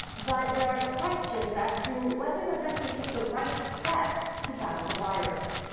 but there are questions as to whether the country took the right steps to battle the virus.